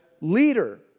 leader